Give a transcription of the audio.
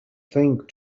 think